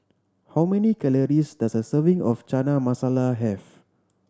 how many calories does a serving of Chana Masala have